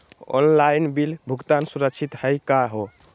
Online bill भुगतान सुरक्षित हई का हो?